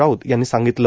राऊत यांनी सांगितलं